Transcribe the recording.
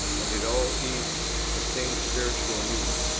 and did all eat the same spiritual meat,